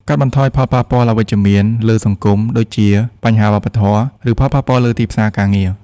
កាត់បន្ថយផលប៉ះពាល់អវិជ្ជមានលើសង្គម ដូចជាបញ្ហាវប្បធម៌ ឬផលប៉ះពាល់លើទីផ្សារការងារ។